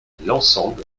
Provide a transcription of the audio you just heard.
l’ensemble